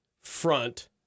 front